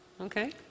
Okay